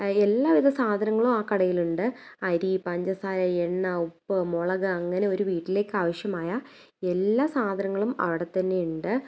എല്ലാവിധ സാധങ്ങളും ആ കടയിലുണ്ട് അരി പഞ്ചസാര എണ്ണ ഉപ്പ് മുളക് അങ്ങനെ ഒരു വീട്ടിലേക്ക് ആവശ്യമായ എല്ലാ സാധങ്ങളും അവിടെ തന്നെയുണ്ട്